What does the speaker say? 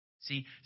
See